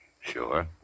Sure